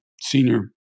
senior